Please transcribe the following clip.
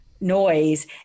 noise